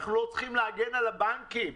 אנחנו לא צריכים להגן על הבנקים,